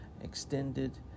extended